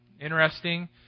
Interesting